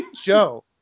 Joe